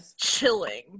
chilling